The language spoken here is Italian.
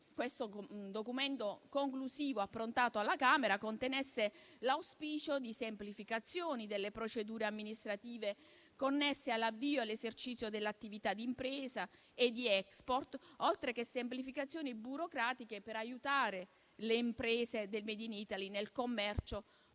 questo documento conclusivo, approntato alla Camera, contenesse l'auspicio di semplificazioni delle procedure amministrative connesse all'avvio e all'esercizio dell'attività d'impresa e di *export*, oltre che semplificazioni burocratiche per aiutare le imprese del *made in Italy* nel commercio con